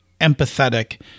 empathetic